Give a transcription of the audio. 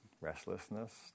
restlessness